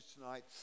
tonight